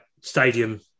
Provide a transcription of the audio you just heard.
stadium